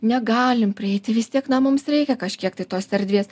negalim prieiti vis tiek na mums reikia kažkiek tai tos erdvės